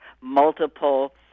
multiple